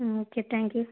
okay thank you